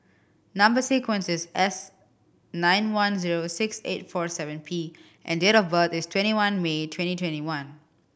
number sequence is S nine one zero six eight four seven P and date of birth is twenty one May twenty twenty one